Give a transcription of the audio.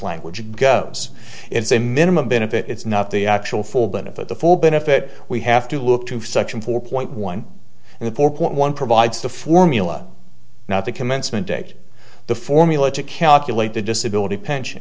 language goes it's a minimum benefit it's not the actual full benefit the full benefit we have to look to such in four point one and the four point one provides the formula not the commencement date the formula to calculate the disability pension